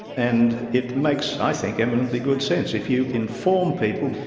and it makes i think eminently good sense. if you inform people,